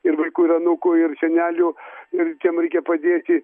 ir vaikų ir anūkų ir senelių ir tiem reikia padėti